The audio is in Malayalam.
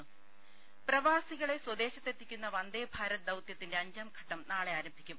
രുമ പ്രവാസികളെ സ്വദേശത്തെത്തിക്കുന്ന വന്ദേഭാരത് ദൌത്യത്തിന്റെ അഞ്ചാം ഘട്ടം നാളെ ആരംഭിക്കും